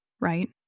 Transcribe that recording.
right